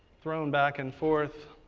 thrown back and forth.